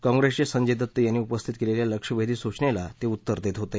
काँप्रेसचे संजय दत्त यांनी उपस्थित केलेल्या लक्षवेधी सूचनेला ते उत्तर देत होते